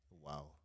Wow